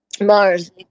mars